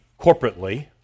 corporately